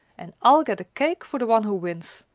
and i'll get a cake for the one who wins,